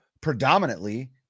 predominantly